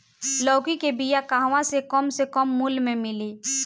लौकी के बिया कहवा से कम से कम मूल्य मे मिली?